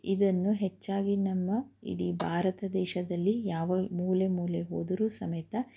ಇದನ್ನು ಹೆಚ್ಚಾಗಿ ನಮ್ಮ ಇಡೀ ಭಾರತ ದೇಶದಲ್ಲಿ ಯಾವ ಮೂಲೆ ಮೂಲೆ ಹೋದರೂ ಸಮೇತ